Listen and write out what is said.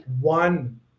one